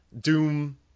Doom